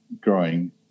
growing